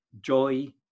joy